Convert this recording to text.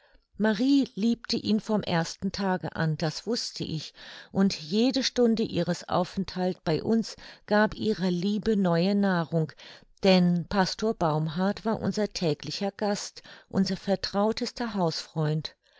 marie liebte ihn vom ersten tage an das wußte ich und jede stunde ihres aufenthaltes bei uns gab ihrer liebe neue nahrung denn pastor baumhard war unser täglicher gast unser vertrautester hausfreund